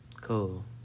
Cool